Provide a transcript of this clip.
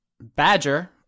badger